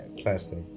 classic